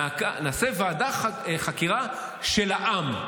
נעשה ועדת חקירה של העם.